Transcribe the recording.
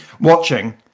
watching